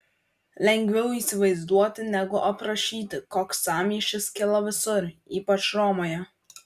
lengviau įsivaizduoti negu aprašyti koks sąmyšis kilo visur ypač romoje